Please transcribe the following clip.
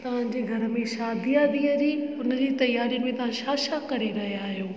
तव्हांजे घर में शादी आहे धीअ जी हुनजी तयारी में तव्हां छा छा करे रहिया आहियो